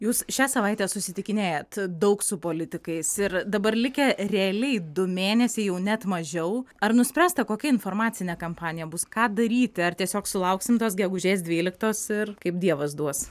jūs šią savaitę susitikinėjat daug su politikais ir dabar likę realiai du mėnesiai jau net mažiau ar nuspręsta kokia informacinė kampanija bus ką daryti ar tiesiog sulauksim tos gegužės dvyliktos ir kaip dievas duos